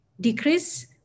decrease